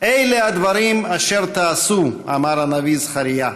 "אלה הדברים אשר תעשו", אמר הנביא זכריה,